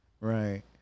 right